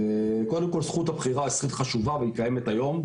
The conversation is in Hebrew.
קודם כל זכות הבחירה היא זכות חשובה והיא קיימת היום.